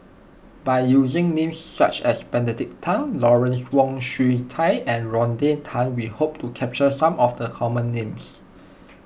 by using names such as Benedict Tan Lawrence Wong Shyun Tsai and Rodney Tan we hope to capture some of the common names